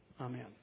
Amen